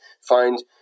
find